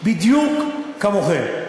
דיון בוועדה הוא חשוב,